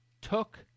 took